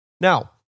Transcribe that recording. Now